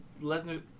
Lesnar